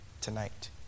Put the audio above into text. Tonight